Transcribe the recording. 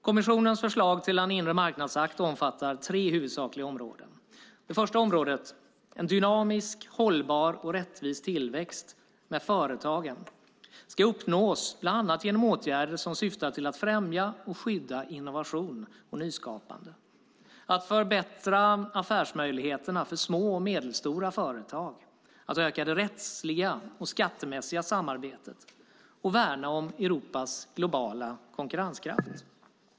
Kommissionens förslag till en inre marknadsakt omfattar tre huvudsakliga områden. Det första området, en dynamisk hållbar och rättvis tillväxt med företagen, ska uppnås bland annat med åtgärder som syftar till att främja och skydda innovation och nyskapande, att förbättra affärsmöjligheterna för små och medelstora företag, att öka det rättsliga och skattemässiga samarbetet och värna om Europas globala konkurrenskraft.